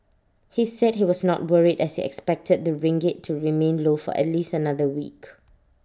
he said he was not worried as he expected the ringgit to remain low for at least another week